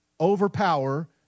overpower